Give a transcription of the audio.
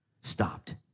stopped